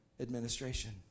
administration